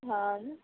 हाँ